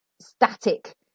static